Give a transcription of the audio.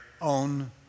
own